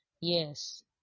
yes